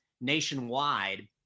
Nationwide